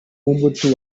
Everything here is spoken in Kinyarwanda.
mobutu